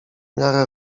miarę